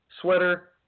Sweater